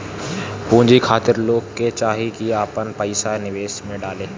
पूंजी खातिर लोग के चाही की आपन पईसा निवेश में डाले